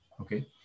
okay